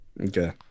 Okay